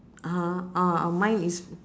(uh huh) uh uh mine is